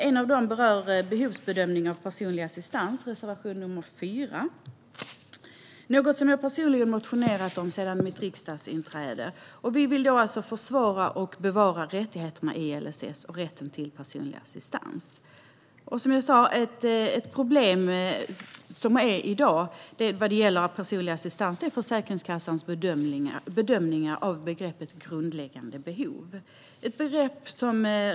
En av dem, reservation nr 4, berör behovsbedömning av personlig assistans, något som jag personligen motionerat om sedan mitt riksdagsinträde. Vi vill försvara och bevara rättigheterna i LSS och rätten till personlig assistans. Ett problem som finns i dag vad gäller personlig assistans är Försäkringskassans bedömningar av begreppet "grundläggande behov".